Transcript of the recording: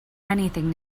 anything